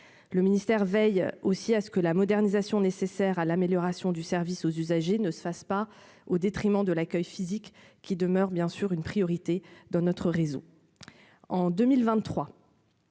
le ministère veille aussi à ce que la modernisation nécessaires à l'amélioration du service aux usagers ne se fasse pas au détriment de l'accueil physique qui demeure bien sûr une priorité dans notre réseau